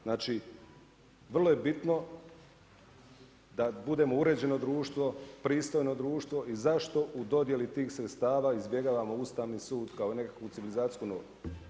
Znači, vrlo je bitno, da budemo uređeno društvo, pristojno društvo i zašto u dodjeli tih sredstava Ustavni sud kao nekakvu civilizacijsku normu?